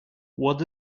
what